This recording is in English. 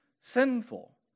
sinful